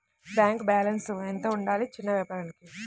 Bank balance ఎంత ఉండాలి చిన్న వ్యాపారానికి?